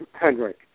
Henrik